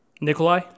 Nikolai